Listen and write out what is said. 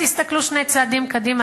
תסתכלו שני צעדים קדימה,